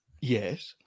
yes